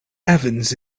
evans